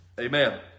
Amen